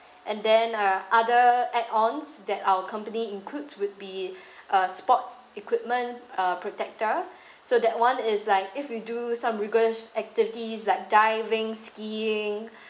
and then uh other add ons that our company includes would be uh sports equipment uh protector so that one is like if you do some rigorous activities like diving skiing